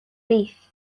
beef